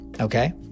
okay